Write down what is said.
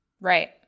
right